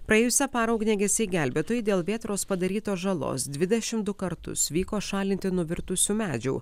praėjusią parą ugniagesiai gelbėtojai dėl vėtros padarytos žalos dvidešim du kartus vyko šalinti nuvirtusių medžių